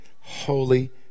holy